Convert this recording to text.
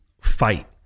fight